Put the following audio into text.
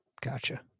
Gotcha